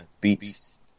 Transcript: beats